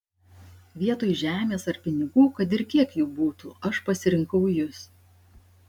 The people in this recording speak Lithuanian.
vietoj žemės ar pinigų kad ir kiek jų būtų aš pasirinkau jus